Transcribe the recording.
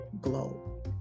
glow